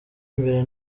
mbere